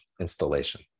Installation